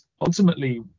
ultimately